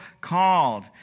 called